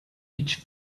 each